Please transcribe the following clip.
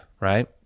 right